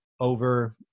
over